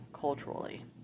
culturally